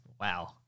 Wow